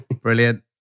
brilliant